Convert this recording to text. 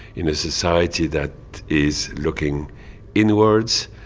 in a society that is looking inwards,